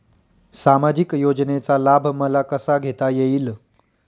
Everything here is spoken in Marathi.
सामाजिक योजनेचा लाभ मला कसा घेता येईल?